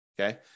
Okay